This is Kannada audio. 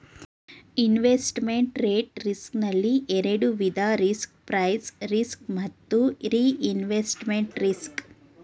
ಇನ್ವೆಸ್ಟ್ಮೆಂಟ್ ರೇಟ್ ರಿಸ್ಕ್ ನಲ್ಲಿ ಎರಡು ವಿಧ ರಿಸ್ಕ್ ಪ್ರೈಸ್ ರಿಸ್ಕ್ ಮತ್ತು ರಿಇನ್ವೆಸ್ಟ್ಮೆಂಟ್ ರಿಸ್ಕ್